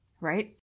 Right